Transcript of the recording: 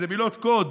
אלה מילות קוד